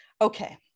Okay